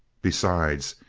besides,